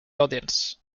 audience